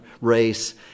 race